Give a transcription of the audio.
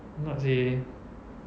a'ah seh